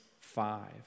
five